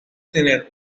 tener